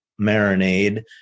marinade